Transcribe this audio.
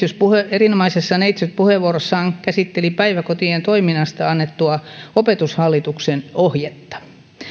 erinomaisessa neitsytpuheenvuorossaan käsitteli päiväkotien toiminnasta annettua opetushallituksen ohjetta